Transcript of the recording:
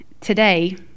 today